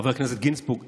חבר הכנסת גינזבורג,